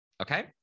Okay